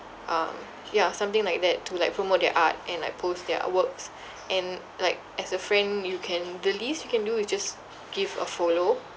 um ya something like that to like promote their art and like post their works and like as a friend you can the least you can do is just give a follow